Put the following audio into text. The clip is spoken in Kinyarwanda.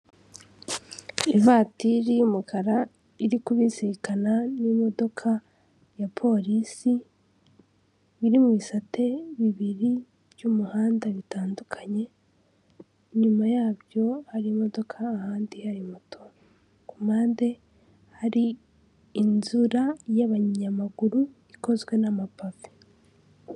Ivatiri y'umukara iri kubisirikana n'imodoka ya polisi iri mu bisate bibiri by'umuhanda bitandukanye, inyuma yabyo hari imodoka ahandi hari moto, ku mpande hari inzira y'abanyamaguru ikozwe n'amapave.